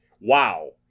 wow